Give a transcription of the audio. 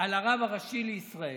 על הרב הראשי לישראל,